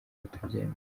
batabyemera